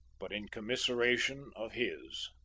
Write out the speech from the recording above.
but in commiseration of his.